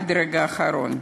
עד לרגע האחרון.